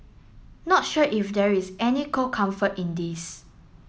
not sure if there is any cold comfort in this